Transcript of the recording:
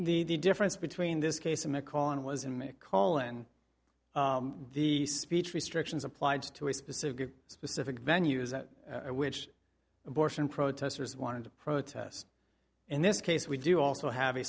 the difference between this case in mcallen was in mcallen the speech restrictions applied to a specific specific venue which abortion protesters wanted to protest in this case we do also have a